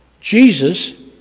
Jesus